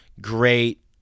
great